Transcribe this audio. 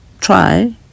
try